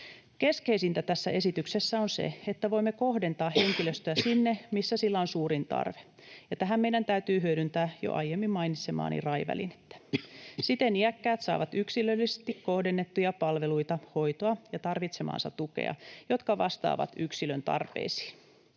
Keskeisintä tässä esityksessä on se, että voimme kohdentaa henkilöstöä sinne, missä sillä on suurin tarve, ja tähän meidän täytyy hyödyntää jo aiemmin mainitsemaani RAI-välinettä. Siten iäkkäät saavat yksilöllisesti kohdennettuja palveluita, hoitoa ja tarvitsemaansa tukea, jotka vastaavat yksilön tarpeisiin.